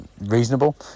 Reasonable